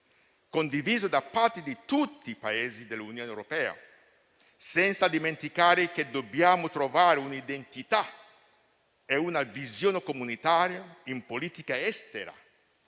condiviso da tutti i Paesi dell'Unione europea, senza dimenticare che dobbiamo trovare un'identità e una visione comunitaria in politica estera